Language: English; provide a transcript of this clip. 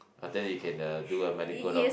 I tell you can uh do a merry go round